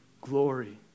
glory